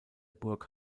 burg